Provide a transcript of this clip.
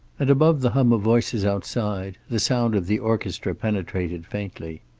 and above the hum of voices outside the sound of the orchestra penetrated faintly.